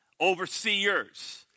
overseers